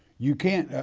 you can't,